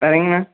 வேறங்கணா